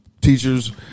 Teachers